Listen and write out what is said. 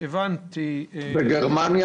בגרמניה